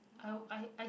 I I I